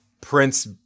Prince